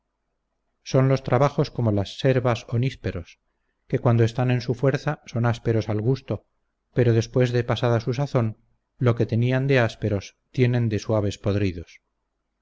son los trabajos como las servas o nísperos que cuando están en su fuerza son ásperos al gusto pero después de pasada su sazón lo que tenían de ásperos tienen de suaves podridos